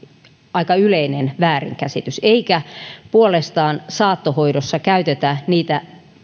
aika yleinen väärinkäsitys eikä puolestaan saattohoidossa käytetä niitä